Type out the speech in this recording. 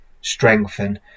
strengthen